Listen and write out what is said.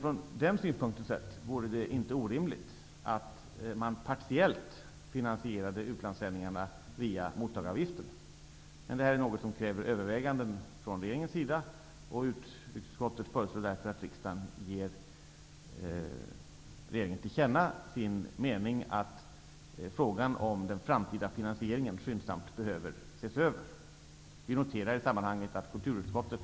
Från den synpunkten sett vore det inte orimligt att man partiellt finansierade utlandssändningarna via mottagaravgiften. Men det är något som kräver överväganden från regeringens sida, och utrikesutskottet föreslår därför att riksdagen ger regeringen till känna sin mening att frågan om den framtida finansieringen behöver ses över. Vi noterar i sammanhanget att kulturutskottet